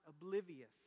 oblivious